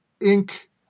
ink